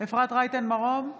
אפרת רייטן מרום,